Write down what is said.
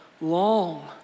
long